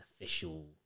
official